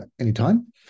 anytime